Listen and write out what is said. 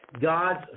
God's